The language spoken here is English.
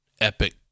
epic